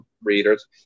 readers